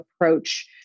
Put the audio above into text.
approach